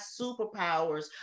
superpowers